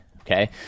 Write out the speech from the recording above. Okay